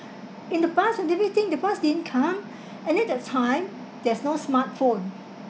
in the bus and everything the bus didn't come and then that time there's no smartphone